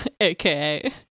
aka